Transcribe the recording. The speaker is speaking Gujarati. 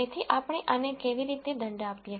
તેથી આપણે આને કેવી રીતે દંડ આપીએ